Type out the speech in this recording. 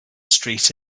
street